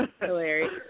hilarious